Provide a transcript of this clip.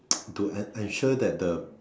to ensure that the